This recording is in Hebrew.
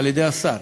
על-ידי השר,